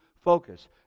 focus